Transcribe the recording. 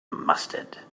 mustard